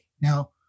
now